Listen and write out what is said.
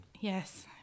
Yes